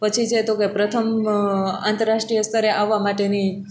પછી છે તો કે પ્રથમ આંતરરાષ્ટ્રિય સ્તરે આવવા માટેની